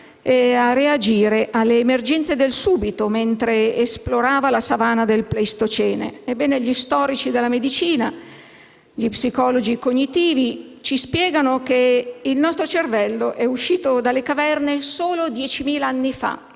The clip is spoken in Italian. e a reagire alle emergenze del subito mentre esplorava la savana del pleistocene. Ebbene, gli storici della medicina e gli psicologi cognitivi ci spiegano che il nostro cervello è uscito dalle caverne solo diecimila anni fa